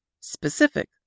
Specific